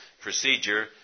procedure